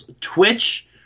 Twitch